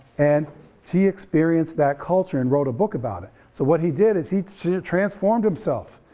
and he experienced that culture and wrote a book about it so what he did is he transformed himself,